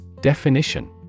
Definition